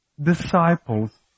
disciples